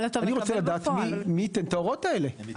אני רוצה לדעת מי ייתן את ההוראות האלה.